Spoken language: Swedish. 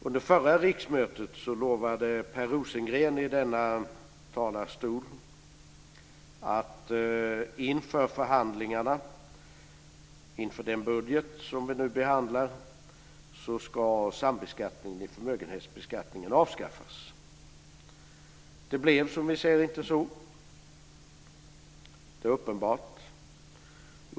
Under förra riksmötet lovade Per Rosengren i denna talarstol att inför förhandlingarna om den budget som vi nu behandlar skulle sambeskattningen i förmögenhetsbeskattningen avskaffas. Det blev som vi ser inte så. Det är uppenbart.